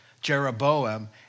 Jeroboam